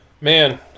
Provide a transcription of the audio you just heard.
man